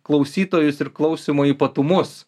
klausytojus ir klausymo ypatumus